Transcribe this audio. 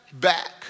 back